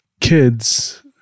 kids